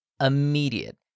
immediate